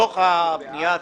הפנייה עצמה,